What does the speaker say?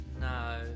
No